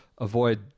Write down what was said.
Avoid